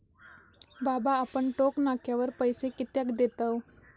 बाबा आपण टोक नाक्यावर पैसे कित्याक देतव?